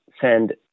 send